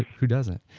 who doesn't?